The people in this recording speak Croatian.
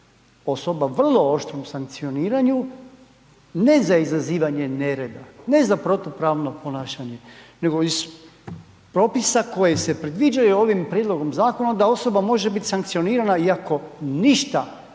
… o vrlo oštrom sankcioniranju ne za izazivanje nereda, ne za protupravno ponašanje nego iz propisa koji se predviđaju ovim prijedlogom zakona da osoba može biti sankcionirana iako ništa